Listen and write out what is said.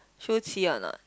Shu-Qi or not